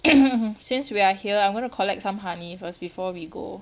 since we are here I'm going to collect some honey first before we go